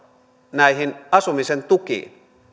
näihin asumisen tukiin